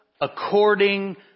according